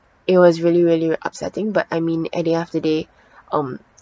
it was really really upsetting but I mean at the end of the day um